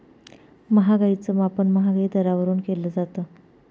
महागाईच मापन महागाई दरावरून केलं जातं